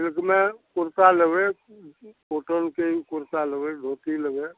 सिल्कमे कुर्ता लेबै कोटनके कुर्ता लेबै धोती लेबै